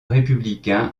républicain